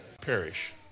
Perish